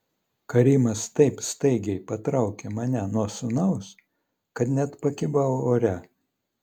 karimas taip staigiai patraukė mane nuo sūnaus kad net pakibau ore